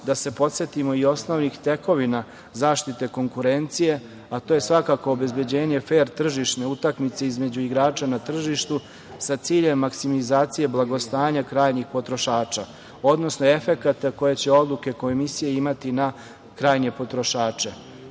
da se podsetimo i osnovnih tekovina zaštite konkurencije, a to je svakako obezbeđenje fer tržišne utakmice između igrača na tržištu, sa ciljem maksimizacije blagostanja krajnjih potrošača, odnosno efekata koje će odluke komisije imati na krajnje potrošače. Sledeća